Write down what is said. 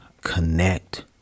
connect